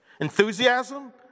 enthusiasm